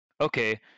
okay